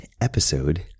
episode